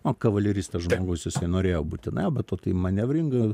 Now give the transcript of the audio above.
o kavaleristas žmogus jisai norėjo būtinai be to tai manevringa